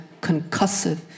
concussive